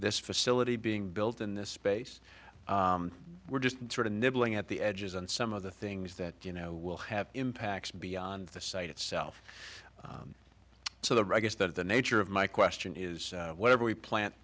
this facility being built in this space we're just sort of nibbling at the edges and some of the things that you know will have impacts beyond the site itself so the rug is that the nature of my question is whatever we plant